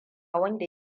wanda